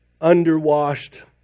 underwashed